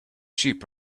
sheep